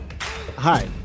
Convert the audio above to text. Hi